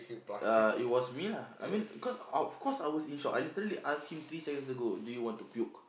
uh it was me lah I mean cause of course I was in shock I literally ask him three seconds ago do you want to puke